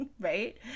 right